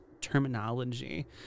terminology